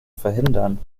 verhindern